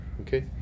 Okay